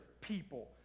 people